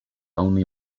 only